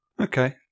Okay